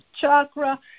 chakra